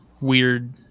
weird